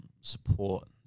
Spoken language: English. support